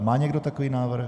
Má někdo takový návrh?